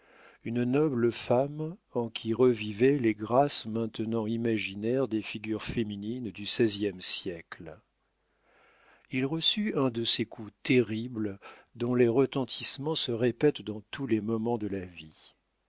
une noble femme en qui revivaient les grâces maintenant imaginaires des figures féminines du seizième siècle il reçut un de ces coups terribles dont les retentissements se répètent dans tous les moments de la vie